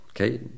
okay